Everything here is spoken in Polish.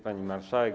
Pani Marszałek!